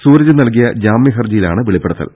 സൂരജ് നൽകിയ ജാമ്യ ഹർജിയിലാണ് വെളിപ്പെ ടുത്തൽ